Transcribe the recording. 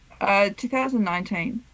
2019